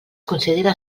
considera